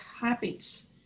habits